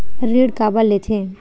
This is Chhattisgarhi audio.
ऋण काबर लेथे?